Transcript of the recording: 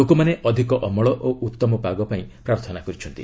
ଲୋକମାନେ ଅଧିକ ଅମଳ ଓ ଉତ୍ତମ ପାଗ ପାଇଁ ପ୍ରାର୍ଥନା କରିଛନ୍ତି